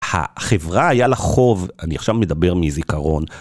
החברה היה לה חוב, אני עכשיו מדבר מזיכרון.